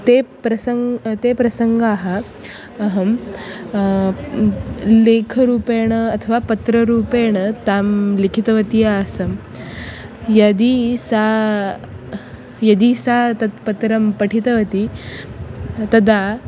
ते प्रसङ्गाः ते प्रसङ्गाः अहं लेखरूपेण अथवा पत्ररूपेण तां लिखितवती आसम् यदि सा यदि सा तत् पत्रं पठितवती तदा